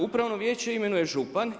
Upravno vijeće imenuje župan.